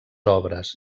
obres